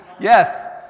Yes